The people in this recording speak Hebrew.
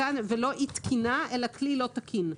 כאן זה לא אי תקינה אלא כלי לא תקין.